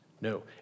No